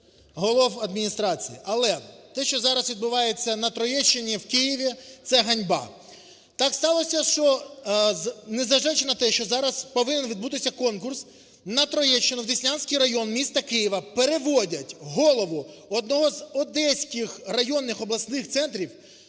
голів адміністрацій. Але те, що зараз відбувається на Троєщині в Києві, - це ганьба. Так сталося, що, незважаючи на те, що зараз повинен відбутися конкурс, на Троєщину, в Деснянський район міста Києва, переводять голову одного з одеських районних, обласних центрів,